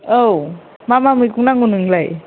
औ मा मा मैगं नांगौ नोंनोलाय